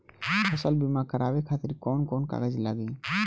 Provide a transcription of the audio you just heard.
फसल बीमा करावे खातिर कवन कवन कागज लगी?